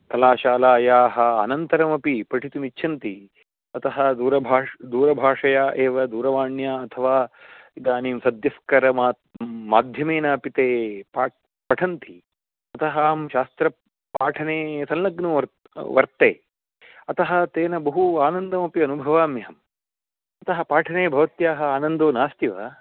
कलाशालायाः अनन्तरमपि पठितुम् इच्छन्ति अतः दूरभाषा दूरभाषया एव दूरवाण्या अथवा इदानीं सद्यस्करमा माध्यमेनापि ते पा पठन्ति अतः अहं शास्त्र पाठने संलग्नो वर्ते अतः तेन बहु आनन्दमपि अनुभवाम्यहम् अतः पाठने भवत्याः आनन्दो नास्ति वा